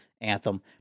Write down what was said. Anthem